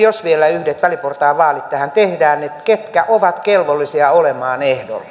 jos vielä yhdet väliportaan vaalit tähän tehdään että ketkä ovat kelvollisia olemaan